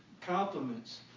compliments